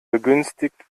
begünstigt